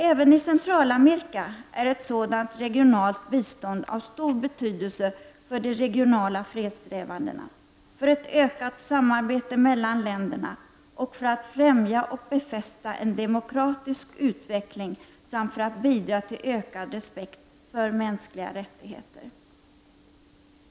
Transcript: Även i Centralamerika är ett sådant regionalt bistånd av stor betydelse för de regionala fredssträvandena, för ett ökat samarbete mellan länderna och för att främja och befästa en demokratisk utveckling samt för att bidra till ökad respekt för mänskliga rättigheter.